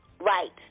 Right